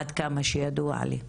עד כמה שידוע לי.